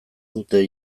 dute